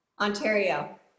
Ontario